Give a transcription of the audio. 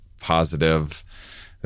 positive